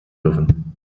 dürfen